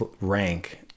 rank